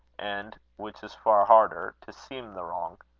and which is far harder to seem the wrong.